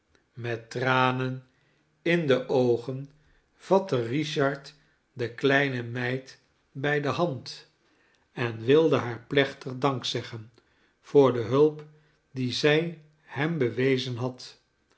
met tranen in de oogen vatte richard de kleine meid bij de hand en wilde haar plechtig dank zeggen voor de hulp die zij hem bewezen had